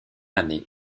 année